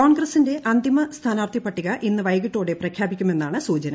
കോൺഗ്രസിന്റെ അന്തിമ സ്ഥാനാർത്ഥി പട്ടിക ഇന്ന് വൈകിട്ടോടെ പ്രഖ്യാപിക്കുമെന്നാണ് സൂചന